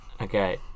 okay